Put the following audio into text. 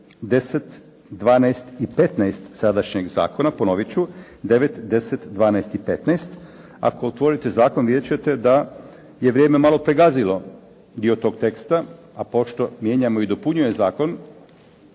10., 12. i 15. sadašnjeg zakona. Ako otvorite zakon vidjet ćete da je vrijeme malo pregazilo dio tog teksta a pošto mijenjamo i dopunjujemo zakon